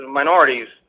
minorities